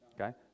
Okay